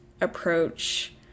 approach